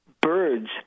birds